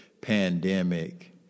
pandemic